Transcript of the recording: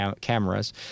cameras